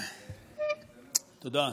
תודה.